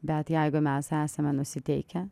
bet jeigu mes esame nusiteikę